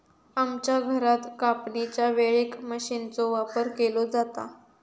आमच्या घरात कापणीच्या वेळेक मशीनचो वापर केलो जाता